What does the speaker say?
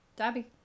Dabby